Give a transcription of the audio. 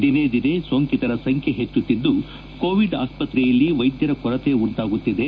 ದಿನೇದಿನೇ ಸೋಂಕಿತರ ಸಂಖ್ಯೆ ಹೆಚ್ಚುತ್ತಿದ್ದು ಕೋವಿಡ್ ಆಸ್ಪತ್ರೆಯಲ್ಲಿ ವೈದ್ಧರ ಕೊರತೆ ಉಂಟಾಗುತ್ತಿದೆ